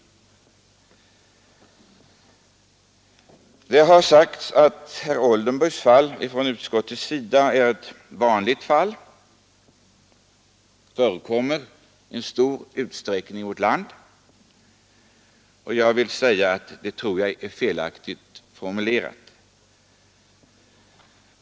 Utskottet har sagt att det i vårt land skulle förekomma ett stort antal fall liknande detta. Det tror jag är felaktigt formulerat.